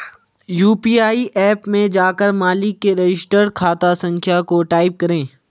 UPI app में जाकर मालिक के रजिस्टर्ड खाता संख्या को टाईप करें